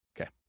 Okay